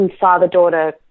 father-daughter